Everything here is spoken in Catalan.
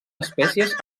espècies